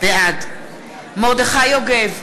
בעד מרדכי יוגב,